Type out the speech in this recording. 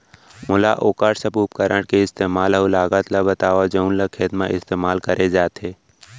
मोला वोकर सब उपकरण के इस्तेमाल अऊ लागत ल बतावव जउन ल खेत म इस्तेमाल करे जाथे?